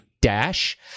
dash